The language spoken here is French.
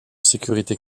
sécurité